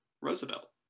Roosevelt